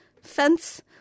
fence